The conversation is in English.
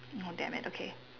oh damn it okay